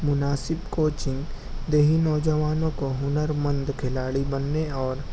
مناسب کوچنگ دیہی نوجوانوں کو ہنرمند کھلاڑی بننے اور